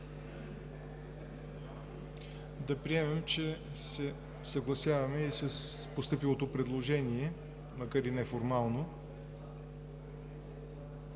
Да приемем, че се съгласяваме с постъпилото предложение, макар и неформално.